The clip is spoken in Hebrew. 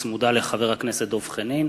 שצמודה לזו של חבר הכנסת דב חנין,